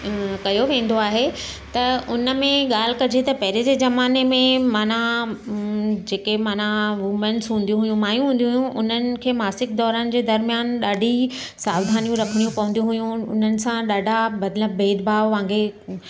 कयो वेंदो आहे त उन में ॻाल्हि कजे त पहिरें जे ज़माने में माना जेके माना वूमैंस हूंदी हुयूं माइयूं हूंदी हुयूं उन्हनि खे मासिक दौरानि जे दर्मियानि ॾाढी सावधानियूं रखणियूं पवंदी हुयूं उन्हनि सां ॾाढा मतिलबु भेदभाव वांगुरु